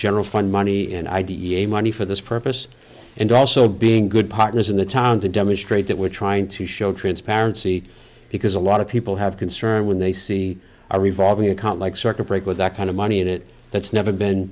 general fund money and i d e a money for this purpose and also being good partners in the town to demonstrate that we're trying to show transparency because a lot of people have concern when they see a revolving account like circuit breaker that kind of money in it that's never been